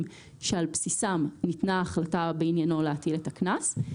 שעל בסיסם ניתנה החלטה בעניינו להטיל את הקנס.